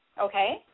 Okay